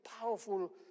powerful